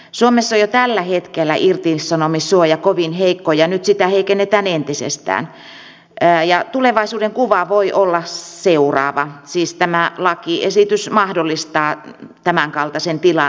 suomessa on jo tällä hetkellä irtisanomissuoja kovin heikko ja nyt sitä heikennetään entisestään ja tulevaisuuden kuva voi olla seuraava siis tämä lakiesitys mahdollistaa tämänkaltaisen tilanteen